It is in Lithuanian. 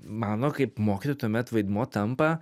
mano kaip mokytojo tuomet vaidmuo tampa